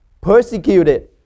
persecuted